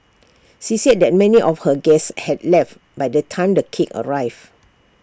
she said that many of her guests had left by the time the cake arrived